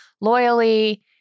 loyally